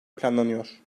planlanıyor